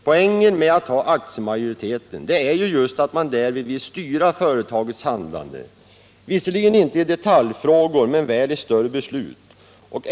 Poängen med att ha aktiemajoritet är ju just att man därmed vill styra företagets handlande — inte i detaljfrågor men väl i större beslut.